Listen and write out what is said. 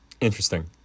Interesting